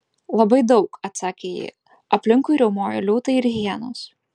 labai daug atsakė ji aplinkui riaumojo liūtai ir hienos